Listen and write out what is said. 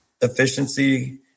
efficiency